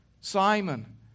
Simon